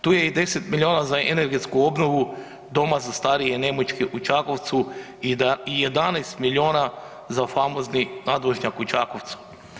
Tu je i 10 milijuna za energetsku obnovu Doma za starije i nemoćne u Čakovcu i 11 milijuna za famozni nadvožnjak u Čakovcu.